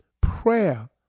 prayer